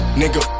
nigga